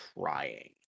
crying